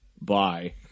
Bye